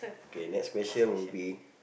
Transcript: okay next question will be